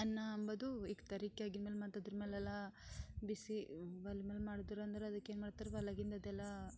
ಅನ್ನ ಅಂಬದು ಆಗಿನ ಮ್ಯಾಲ ಮತ್ತು ಅದ್ರ ಮ್ಯಾಲೆಲ್ಲ ಬಿಸಿ ಒಲೆ ಮೇಲೆ ಮಾಡ್ದರು ಅಂದ್ರೆ ಅದಕ್ಕೆ ಏನ್ಮಾಡ್ತಾರೆ ಒಲೆಯಾಗಿಂದು ಅದೆಲ್ಲ